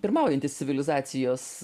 pirmaujantis civilizacijos